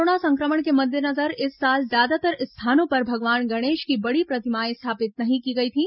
corona संक्रमण के मद्देनजर इस साल ज्यादातर स्थानों पर भगवान गणेश की बड़ी प्रतिमाएं स्थापित नहीं की गई थीं